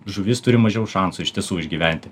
žuvis turi mažiau šansų iš tiesų išgyventi